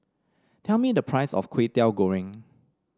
tell me the price of Kway Teow Goreng